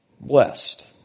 Blessed